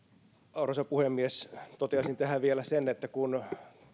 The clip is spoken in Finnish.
arvoisa puhemies toteaisin tähän vielä sen että kun